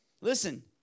listen